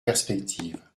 perspectives